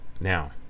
now